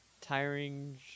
tiring